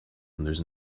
there’s